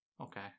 Okay